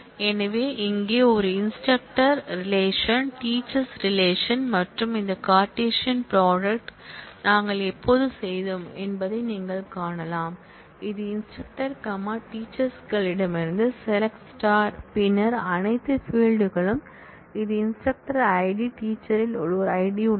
எனவே இங்கே ஒரு இன்ஸ்டிரக்டர் ரிலேஷன் டீச்சர்ஸ் ரிலேஷன் மற்றும் இந்த கார்ட்டீசியன் ப்ராடக்ட் நாங்கள் எப்போது செய்தோம் என்பதை நீங்கள் காணலாம் இது இன்ஸ்டிரக்டர் கமா டீச்சர்ஸ் களிடமிருந்து select பின்னர் அனைத்து ஃபீல்ட் களும் இது இன்ஸ்டிரக்டர் ஐடி டீச்சர்ஸ் ல் ஒரு ஐடி உள்ளது